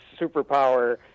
superpower